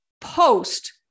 post